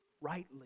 rightly